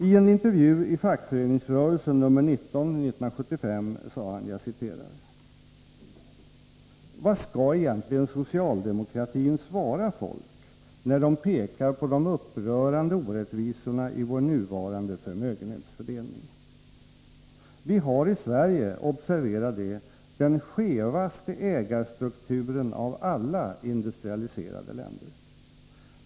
I en intervju i Fackföreningsrörelsen nr 19/1975 sade han: ”Vad ska egentligen socialdemokratin svara folk när de pekar på de upprörande orättvisorna i vår nuvarande förmögenhetsfördelning? Vi i Sverige har, observera det, den skevaste ägarstrukturen av alla industrialiserade länder.